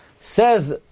Says